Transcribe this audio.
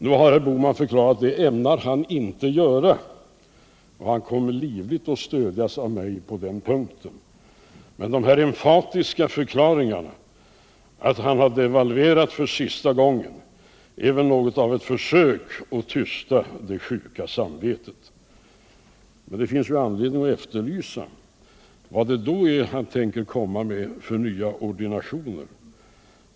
Nu har herr Bohman förklarat att det ämnar han inte göra, och han kommer livligt att stödjas av mig på den punkten. De emfatiska förklaringarna om att han devalverat för sista gången är väl ett försök att tysta det sjuka samvetet. Men det finns anledning att efterlysa vad det då är han tänker komma med för ny ordination.